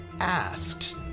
asked